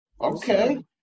Okay